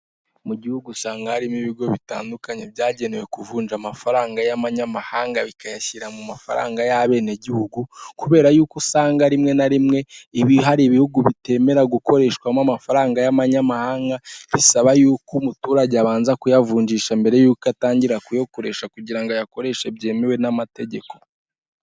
Mu gihugu usanga harimo ibigo bitandukanye byagenewe kuvunja amafaranga y'amanyamahanga bikayashyira mu mafaranga y'abenegihugu, kubera y'uko usanga rimwe na rimwe ibi hari ibihugu bitemera gukoreshwamo amafaranga y'amanyamahanga, bisaba yuko umuturage abanza kuyavunjisha mbere yuko atangira kuyakoresha kugira ngo ayakoreshe byemewe n'amategeko.